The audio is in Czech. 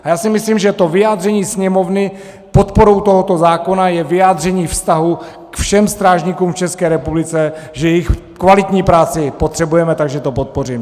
Já si myslím, že vyjádření Sněmovny podporou tohoto zákona je vyjádřením vztahu ke všem strážníkům v České republice, že jejich kvalitní práci potřebujeme, takže to podpořím.